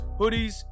hoodies